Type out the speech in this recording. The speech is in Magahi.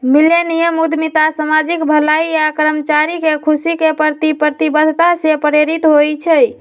मिलेनियम उद्यमिता सामाजिक भलाई आऽ कर्मचारी के खुशी के प्रति प्रतिबद्धता से प्रेरित होइ छइ